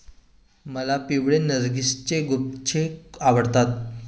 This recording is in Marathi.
मला पिवळे नर्गिसचे गुच्छे आवडतात